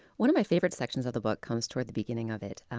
one of my favorite sections of the book comes toward the beginning of it.